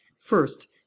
first